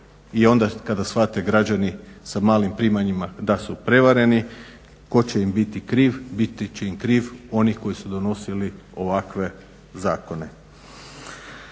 I onda kada shvate građani sa malim primanjima da su prevareni tko će im biti kriv? Biti će im krivi oni koji su donosili ovakve zakone.